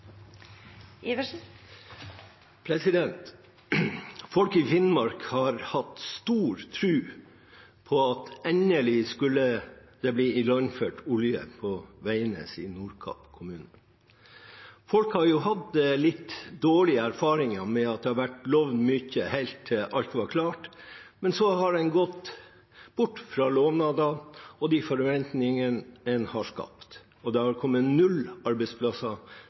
Folk i Finnmark har hatt stor tro på at det endelig skulle bli ilandført olje på Veidnes i Nordkapp kommune. Folk har jo hatt litt dårlige erfaringer med at det har vært lovd mye helt til alt var klart, og så har en gått bort fra lovnadene og de forventningene en har skapt, og det har kommet null arbeidsplasser